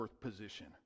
position